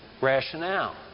rationale